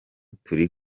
turi